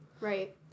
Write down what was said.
right